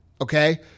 okay